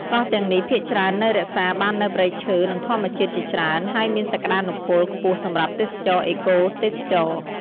កោះទាំងនេះភាគច្រើននៅរក្សាបាននូវព្រៃឈើ និងធម្មជាតិជាច្រើន ហើយមានសក្ដានុពលខ្ពស់សម្រាប់ទេសចរណ៍អេកូទេសចរណ៍។